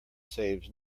saves